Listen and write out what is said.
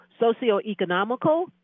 socioeconomical